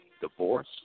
Divorce